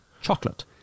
chocolate